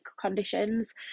conditions